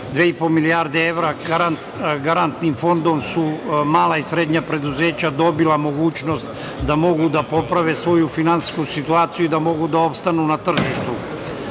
po milijarde evra garantnim fondom su mala i srednja preduzeća dobila mogućnost da mogu da poprave svoju finansijsku situaciju i da mogu da opstanu na tržištu.